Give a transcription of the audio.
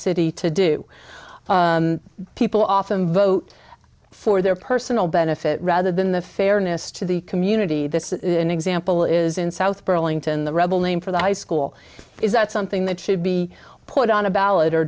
city to do people often vote for their personal benefit rather than the fairness to the community this is an example is in south burlington the rebel name for the high school is that something that should be put on a ballot or